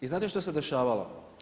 I znate što se dešavalo?